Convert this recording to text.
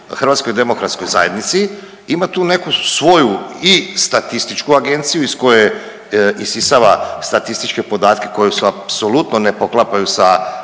nanijeti štetu HDZ-u ima tu neku svoju i statističku agenciju iz koje isisava statističke podatke koji su apsolutno se ne poklapaju sa